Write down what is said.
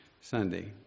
Sunday